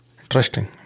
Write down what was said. Interesting